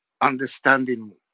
understanding